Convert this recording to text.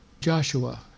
Joshua